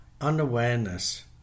unawareness